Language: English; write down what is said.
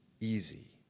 easy